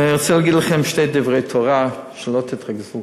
אני רוצה להגיד לכם שני דברי תורה, שלא תתרגזו,